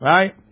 Right